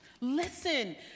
Listen